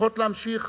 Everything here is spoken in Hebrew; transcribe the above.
צריכות להמשיך